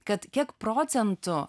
kad kiek procentų